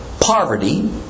poverty